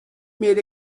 made